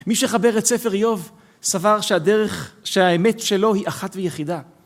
מי שמחבר את ספר איוב, סבר שהאמת שלו היא אחת ויחידה.